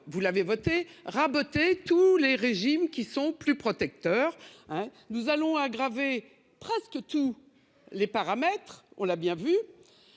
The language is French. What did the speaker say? vous l'avez voté raboter tous les régimes qui sont plus. Auteur hein. Nous allons aggraver presque tous les paramètres, on l'a bien vu.